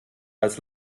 als